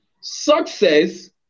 Success